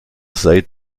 seid